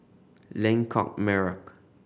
Lengkok Merak